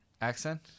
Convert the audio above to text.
accent